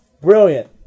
Brilliant